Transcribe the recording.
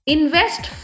Invest